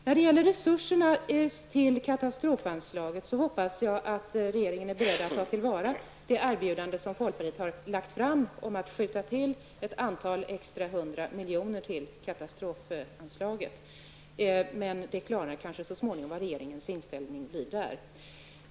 Vad beträffar resurserna till katastrofanslaget hoppas jag att regeringen är beredd att ta till vara det erbjudande som folkpartiet har lagt fram om att skjuta till ett antal extra hundra miljoner kronor till det anslaget. Men det klarnar kanske så småningom vilken regeringens inställning blir där.